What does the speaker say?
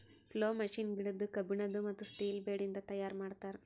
plough machine ಗಿಡದ್ದು, ಕಬ್ಬಿಣದು, ಮತ್ತ್ ಸ್ಟೀಲ ಬ್ಲೇಡ್ ಇಂದ ತೈಯಾರ್ ಮಾಡ್ತರ್